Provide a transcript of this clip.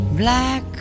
black